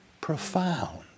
profound